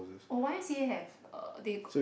oh Y_M_C_A have uh they got